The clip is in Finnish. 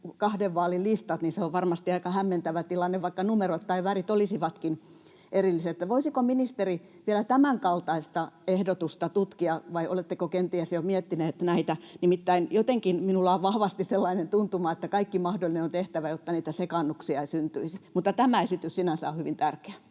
kahden vaalin listat, niin se on varmasti aika hämmentävä tilanne, vaikka numerot tai värit olisivatkin erilliset. Voisiko ministeri vielä tämänkaltaista ehdotusta tutkia vai oletteko kenties jo miettinyt näitä? Nimittäin jotenkin minulla on vahvasti sellainen tuntuma, että kaikki mahdollinen on tehtävä, jotta niitä sekaannuksia ei syntyisi. Mutta tämä esitys sinänsä on hyvin tärkeä.